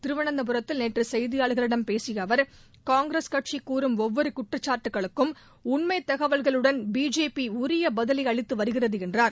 திருவனந்தபுரத்தில் நேற்று செய்தியாளர்களிடம் பேசிய அவர் காங்கிரஸ் கட்சி கூறும் ஒவ்வொரு குற்றச்சாட்டுகளுக்கும் உண்மைத் தகவல்களுடன் பிஜேபி உரிய பதிலை அளித்து வருகிறது என்றார்